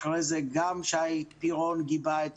אחר כך, גם שי פירון גיבה את